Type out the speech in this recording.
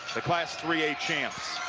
the class three a champs